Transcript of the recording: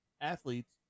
athletes